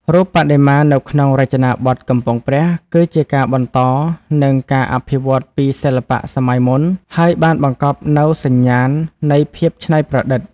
រូបបដិមានៅក្នុងរចនាបថកំពង់ព្រះ គឺជាការបន្ត និងការអភិវឌ្ឍន៍ពីសិល្បៈសម័យមុន ហើយបានបង្កប់នូវសញ្ញាណនៃភាពច្នៃប្រឌិត ។